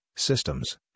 systems